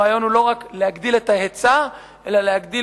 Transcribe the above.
הרעיון הוא לא רק להגדיל את ההיצע אלא להגדיל